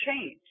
change